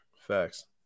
Facts